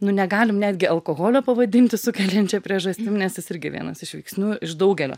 nu negalim netgi alkoholio pavadinti sukeliančia priežastim nes jis irgi vienas iš veiksnių iš daugelio